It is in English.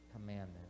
commandment